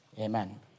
Amen